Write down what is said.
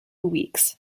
weeks